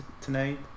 tonight